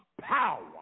power